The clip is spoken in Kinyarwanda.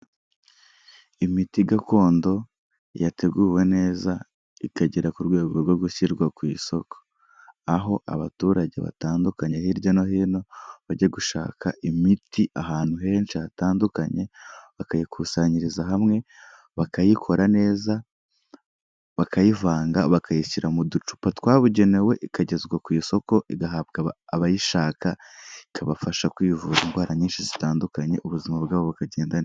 Imiti gakondo yateguwe neza ikagera ku rwego rwo gushyirwa ku isoko, aho abaturage batandukanye hirya no hino bajya gushaka imiti ahantu henshi hatandukanye, bakayikusanyiriza hamwe bakayikora neza, bakayivanga, bakayishyira mu ducupa twabugenewe ikagezwa ku isoko igahabwa abayishaka, ikabafasha kwivura indwara nyinshi zitandukanye ubuzima bwabo bukagenda neza.